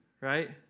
right